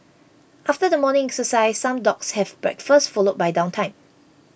after the morning exercise some dogs have breakfast followed by downtime